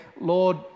Lord